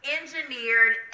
engineered